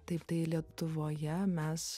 taip tai lietuvoje mes